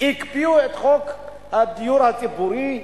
הקפיאו את חוק הדיור הציבורי.